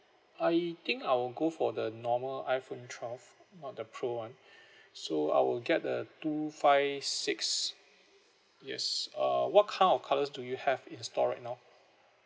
I think I'll go for the normal iPhone twelve not the pro [one] so I will get a two five six yes uh what kind of colours do you have in store right now